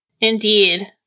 Indeed